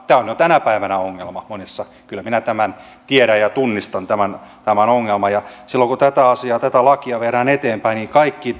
tämä on jo tänä päivänä ongelma monissa paikoissa kyllä minä tämän tiedän ja tunnistan tämän ongelman silloin kun tätä lakia viedään eteenpäin niin kaikki